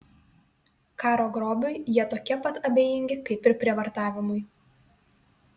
karo grobiui jie tokie pat abejingi kaip ir prievartavimui